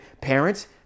parents